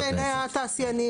הוא בא בעיניי התעשיינים.